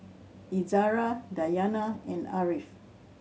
Izara Dayana and Ariff